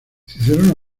cicerón